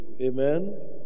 Amen